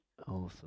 Awesome